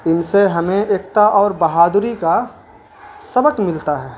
ان سے ہمیں ایکتا اور بہادری کا سبق ملتا ہے